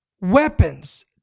weapons